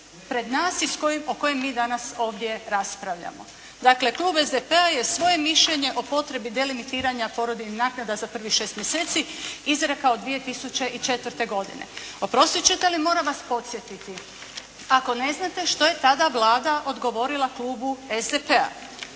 pred nas i o kojem mi danas ovdje raspravljamo. Dakle klub SDP-a je svoje mišljenje o potrebi delimitiranja porodiljnih naknada za prvih 6 mjeseci izrekao 2004. godine. Oprostit ćete, ali moram vas podsjetiti ako ne znate što je tada Vlada odgovorila klubu SDP-a.